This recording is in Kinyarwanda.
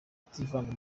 kutivanga